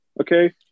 Okay